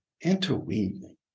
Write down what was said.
interweaving